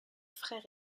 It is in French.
frères